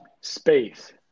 space